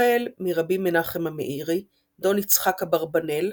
החל מרבי מנחם המאירי, דון יצחק אברבנאל,